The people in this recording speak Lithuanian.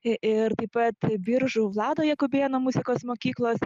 ir taip pat biržų vlado jakubėno muzikos mokyklos